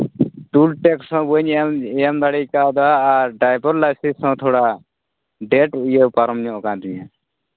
toll tax ᱦᱚᱸ ᱵᱟᱹᱧ ᱮᱢ ᱫᱟᱲᱮ ᱠᱟᱣᱫᱟ ᱟᱨ ᱰᱨᱟᱭᱵᱷᱤᱝ ᱞᱟᱭᱥᱮᱱᱥ ᱦᱚᱸ ᱛᱷᱚᱲᱟ ᱰᱮ ᱴ ᱯᱟᱨᱚᱢ ᱧᱚᱜ ᱠᱟᱱ ᱛᱤᱧᱟ